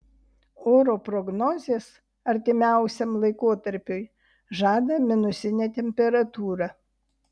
oro prognozės artimiausiam laikotarpiui žada minusinę temperatūrą